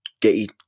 Get